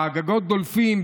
הגגות דולפים,